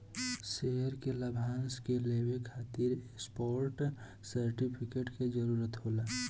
share के लाभांश के लेवे खातिर स्टॉप सर्टिफिकेट के जरूरत होला